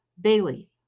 Bailey